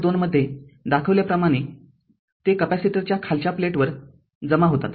२ मध्ये दाखविल्याप्रमाणे ते कॅपेसिटच्या खालच्या प्लेटवर जमा होतात